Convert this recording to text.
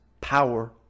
power